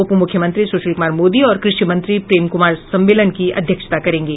उपमुख्यमंत्री सुशील कुमार मोदी और कृषि मंत्री प्रेम कुमार सम्मेलन की अध्यक्षता करेंगे